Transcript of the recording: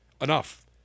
Enough